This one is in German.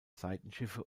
seitenschiffe